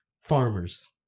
farmers